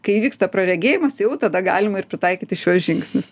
kai įvyksta praregėjimas jau tada galima ir pritaikyti šiuos žingsnius